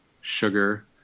sugar